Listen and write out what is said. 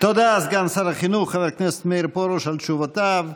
תודה לסגן שר החינוך חבר הכנסת מאיר פרוש על תשובותיו.